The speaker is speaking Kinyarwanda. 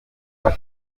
turi